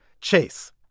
Chase